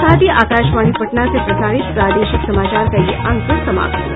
इसके साथ ही आकाशवाणी पटना से प्रसारित प्रादेशिक समाचार का ये अंक समाप्त हुआ